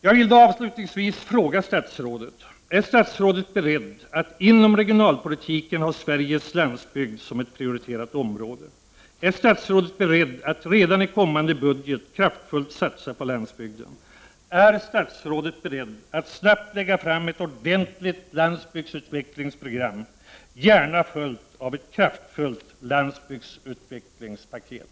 Jag vill avslutningsvis fråga statsrådet: Är statsrådet beredd att inom regionalpolitiken ha Sveriges landsbygd som ett prioriterat område? Är statsrådet beredd att redan i kommande budget kraftfullt satsa på landsbygden? Är statsrådet beredd att snabbt lägga fram ett ordentligt landsbygdsutvecklingsprogram, gärna följt av ett kraftfullt landsbygdsutvecklingspaket?